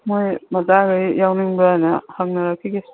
ꯃꯣꯏ ꯃꯆꯥꯒꯩ ꯌꯥꯎꯅꯤꯡꯕ꯭ꯔꯥꯅ ꯍꯪꯅꯔꯛꯈꯤꯒꯦ